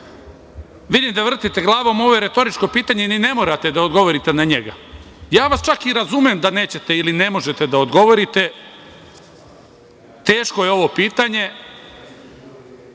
Vidim da vrtite glavom, ovo je retoričko pitanje, ni ne morate da odgovorite na njega. Ja vas čak i razumem da nećete ili ne možete da odgovorite. Teško je ovo pitanje,